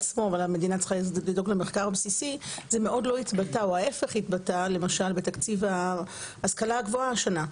יש לי שאלה קטנה לתמר מוועדת הסביבה ושאלה קצת יותר כללית אליך.